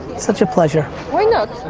such a pleasure. why not?